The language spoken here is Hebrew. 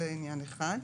זה עניין אחד.